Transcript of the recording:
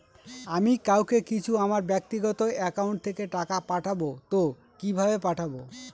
আমি কাউকে কিছু আমার ব্যাক্তিগত একাউন্ট থেকে টাকা পাঠাবো তো কিভাবে পাঠাবো?